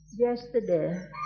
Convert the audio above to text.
Yesterday